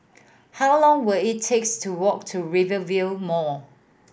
how long will it takes to walk to Rivervale Mall